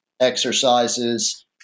exercises